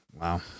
Wow